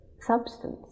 substance